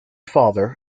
father